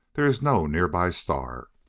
there is no nearby star.